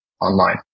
online